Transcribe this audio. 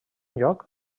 lloc